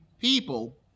people